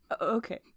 Okay